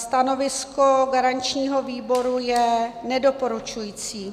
Stanovisko garančního výboru je nedoporučující.